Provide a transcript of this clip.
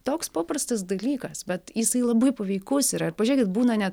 toks paprastas dalykas bet jisai labai paveikus yra ir pažiūrėkit būna net